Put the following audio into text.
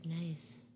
Nice